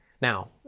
Now